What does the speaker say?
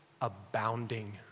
Abounding